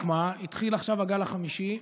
רק מה, התחיל עכשיו הגל החמישי,